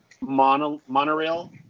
monorail